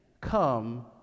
come